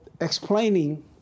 explaining